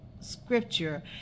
scripture